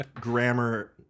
Grammar